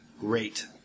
Great